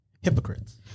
Hypocrites